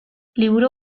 liburu